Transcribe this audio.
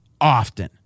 often